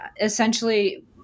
essentially